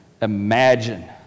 Imagine